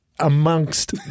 Amongst